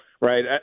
Right